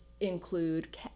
include